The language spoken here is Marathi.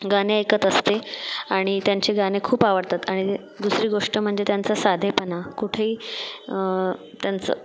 गाणे ऐकत असते आणि त्यांचे गाणे खूप आवडतात आणि दुसरी गोष्ट म्हणजे त्यांचा साधेपणा कुठेही त्यांचं